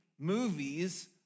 movies